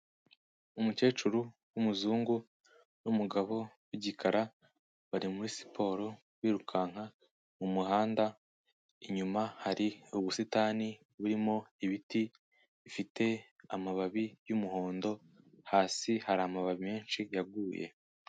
Umukecuru w'umuzungu n'umugabo w'igikara bari muri siporo birukanka mu muhanda, inyuma hari ubusitani burimo ibiti bifite amababi y'umuhondo, hasi hari amababi menshi yaguye.